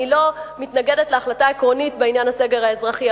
אני לא מתנגדת להחלטה העקרונית בעניין הסגר האזרחי,